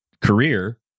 career